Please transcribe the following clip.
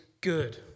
good